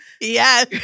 Yes